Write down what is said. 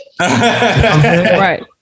Right